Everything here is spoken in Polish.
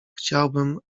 chciałbym